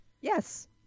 Yes